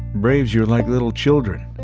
braves, you're like little children.